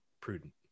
prudent